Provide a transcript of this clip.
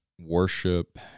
worship